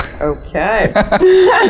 Okay